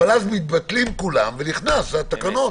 אבל אז מתבטלים כולם ונכנסות התקנות.